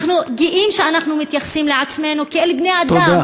אנחנו גאים על כך שאנחנו מתייחסים לעצמנו כאל בני-אדם,